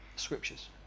Scriptures